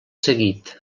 seguit